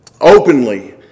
openly